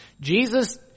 Jesus